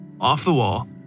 off-the-wall